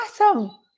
Awesome